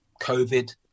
COVID